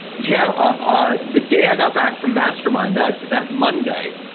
yeah. ah the day i got back from mastermind that that monday,